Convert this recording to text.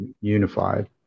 unified